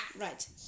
Right